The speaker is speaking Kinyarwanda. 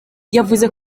yavuze